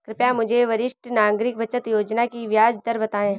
कृपया मुझे वरिष्ठ नागरिक बचत योजना की ब्याज दर बताएं?